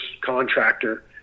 contractor